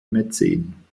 mäzen